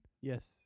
Yes